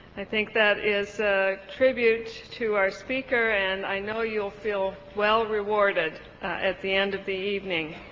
i think that is a tribute to our speaker and i know you'll feel well rewarded at the end of the evening.